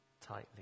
tightly